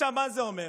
מה זה אומר?